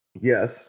Yes